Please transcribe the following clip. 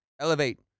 Elevate